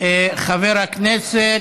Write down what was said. חבר הכנסת,